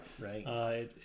right